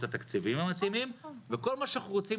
התקציביים המתאימים וכל מה שאנחנו רוצים,